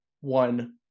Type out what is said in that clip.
one